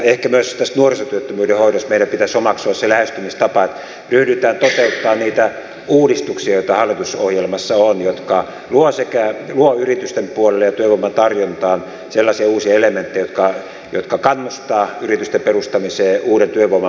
ehkä myös tässä nuorisotyöttömyyden hoidossa meidän pitäisi omaksua se lähestymistapa että ryhdytään toteuttamaan niitä uudistuksia joita hallitusohjelmassa on jotka luovat yritysten puolelle ja työvoiman tarjontaan sellaisia uusia elementtejä jotka kannustavat yritysten perustamiseen ja uuden työvoiman palkkaamiseen